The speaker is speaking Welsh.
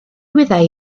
wyddai